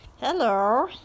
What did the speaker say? Hello